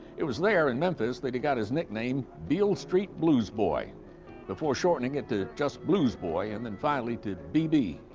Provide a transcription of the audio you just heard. it was there, in memphis, that he got the nickname beale street blues boy before shortening it to just blues boy, and then finally to bb.